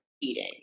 eating